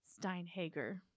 Steinhager